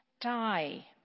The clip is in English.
die